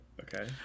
Okay